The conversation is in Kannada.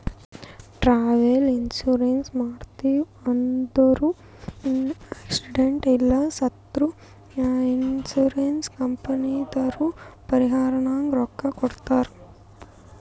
ಟ್ರಾವೆಲ್ ಇನ್ಸೂರೆನ್ಸ್ ಮಾಡ್ಸಿವ್ ಅಂದುರ್ ಆಕ್ಸಿಡೆಂಟ್ ಇಲ್ಲ ಸತ್ತುರ್ ಇನ್ಸೂರೆನ್ಸ್ ಕಂಪನಿದವ್ರು ಪರಿಹಾರನಾಗ್ ರೊಕ್ಕಾ ಕೊಡ್ತಾರ್